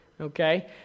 Okay